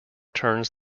turns